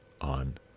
on